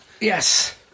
yes